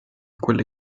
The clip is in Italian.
quelle